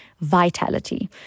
vitality